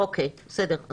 אוקי, בסדר.